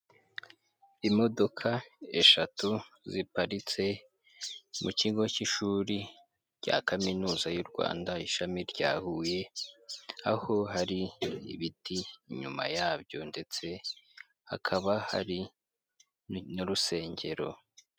Imodoka eshatu ziparitse mu kigo cy'ishuri rya Kaminuza y'u Rwanda ishami rya Huye, aho hari ibiti nyuma yabyo ndetse hakaba hari n'urusengero.